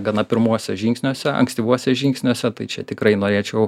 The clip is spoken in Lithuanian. gana pirmuose žingsniuose ankstyvuose žingsniuose tai čia tikrai norėčiau